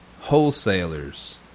wholesalers